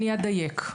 אני אדייק.